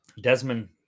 desmond